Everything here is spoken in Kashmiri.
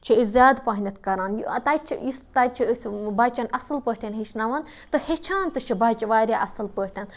چھِ أسۍ زیادٕ پَہمتھ کَران یہِ تَتہِ چھِ یُس تَتہِ چھِ أسۍ بَچَن اَصٕل پٲٹھۍ ہیٚچھناوان تہٕ ہیٚچھان تہٕ چھِ بَچہِ واریاہ اَصٕل پٲٹھۍ